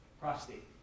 prostate